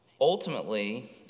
Ultimately